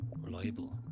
reliable